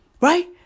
right